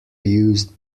used